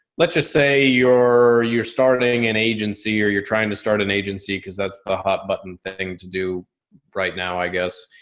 let's just say you're, you're starting an agency or you're trying to start an agency cause that's the hot button thing to do right now, i guess.